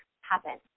happen